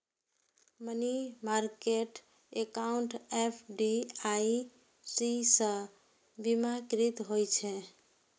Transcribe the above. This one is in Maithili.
मनी मार्केट एकाउंड एफ.डी.आई.सी सं बीमाकृत होइ छै